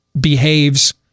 behaves